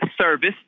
service